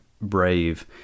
brave